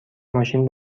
ماشین